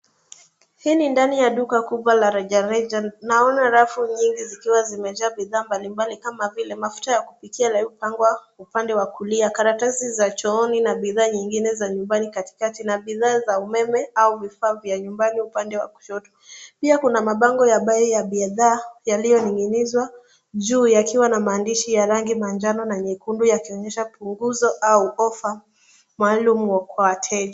Hii ni ndani ya duka kubwa la rejareja. Naona rafu nyingi zikiwa zimejaa bidhaa mbalimbali kama vile mafuta ya kupikia imepangwa upande wa kulia. Karatasi za chooni na bidhaa nyingine za nyumbani katikati, na bidhaa za umeme au vifaa vya nyumbani upande wa kushoto. Pia kuna mabango ya bei ya bidhaa yaliyoning'inizwa juu yakiwa na maandishi ya rangi ya manjano na nyekundu yanayoonyesha punguzo au ofa maalum kwa wateja.